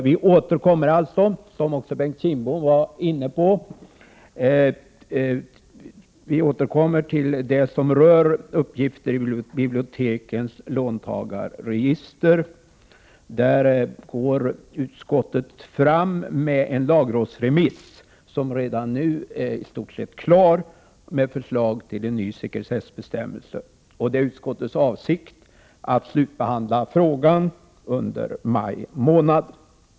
Vi återkommer alltså, som Bengt Kindbom var inne på, till det som rör uppgifter i bibliotekens låntagarregister. Där går utskottet fram med en lagrådsremiss, som redan nu är i stort sett klar, med förslag till en ny sekretessbestämmelse. Det är utskottets avsikt att slutbehandla frågan under maj månad.